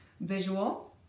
visual